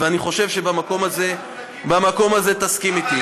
ואני חושב שבמקום הזה תסכים אתי.